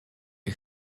den